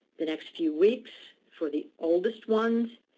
the next few weeks for the oldest ones,